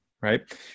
right